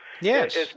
Yes